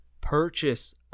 purchase